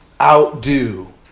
outdo